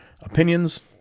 opinions